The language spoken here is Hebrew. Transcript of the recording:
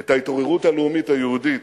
את ההתעוררות הלאומית היהודית,